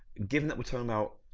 given that we're talking about